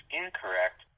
incorrect